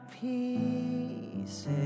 pieces